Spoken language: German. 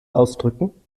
ausdrücken